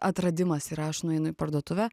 atradimas yra aš nueinu į parduotuvę